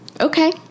Okay